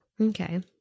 Okay